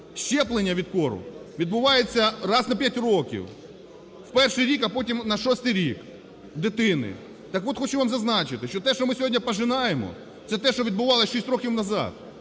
щеплення від кору відбувається раз на 5 років. В перший рік, а потім на шостий рік дитини. Так от, хочу вам зазначити, що те, що ми сьогодні пожинаємо, це те, що відбувалося 6 років назад.